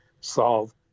solve